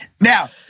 Now